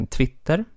Twitter